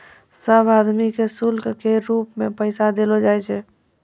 सब आदमी के शुल्क के रूप मे पैसा देलो जाय छै